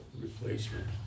replacement